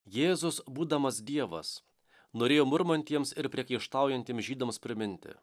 jėzus būdamas dievas norėjo murmantiems ir priekaištaujantiems žydams priminti